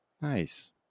nice